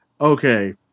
Okay